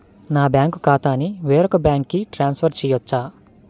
నా బ్యాంక్ ఖాతాని వేరొక బ్యాంక్కి ట్రాన్స్ఫర్ చేయొచ్చా?